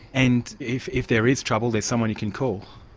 and if if there is trouble, there's someone you can call.